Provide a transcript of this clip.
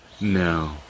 No